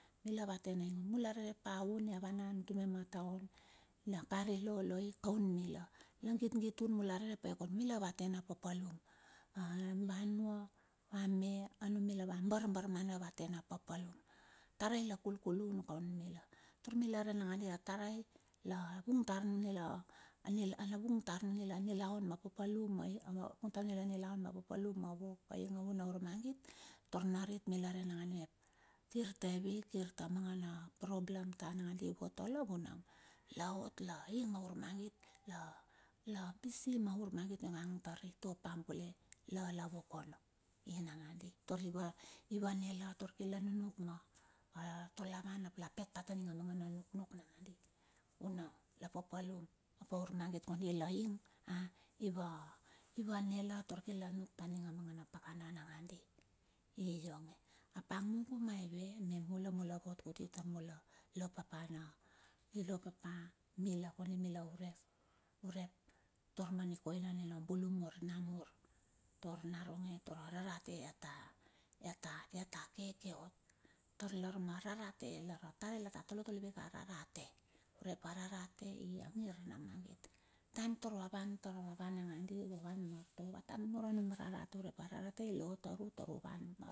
Mila ava tena na ning hun, mula rere pa hun ia vanavan utinge ma taon, na kari loloi kaun mila, na git git hun mula rerepai, kan mila ava tena paplum, avanua avame anumila bar barmana ava tena paplum. Tare la kulkul hun kaun mila. Taur mila ran nangandi atarai la vung tar anila nilaun ma papalum, anilaun na paplum a ing a hun, a urmagit tar narit, mila rei nangandi mep kir ta hevi, kir ta mangana na problem ta nangani voto la, vunang laot la inga urmangit la lapiti ma urmangit iongang tari topa bule la lavok ono, i nangandi. Tari vane tar la tar kirla nunuk tar la van ap la pet pa tamanga na nuknuk nangandi. Vunang la paplum ap a urmagit kondi la ing, ivane la tar kir la nuk ta mangana pakana nakandi, ionge, ap a gugu maive me mula, mula vot kuti tar mula lo papa, mula lo papa mila kondi mila kondi mila urek, urep tar ma ni koina nina bulu mur namur, tar naronge tar a rarate i ata, i ata keke ot, tar lar ma rarate, lara tare latato letole vake pa a rarate, urep ararate i a ngir na magit. Taem tar va van nangandi vata nunure anum rarate. Urep a rarate, ilo taru tar uvan.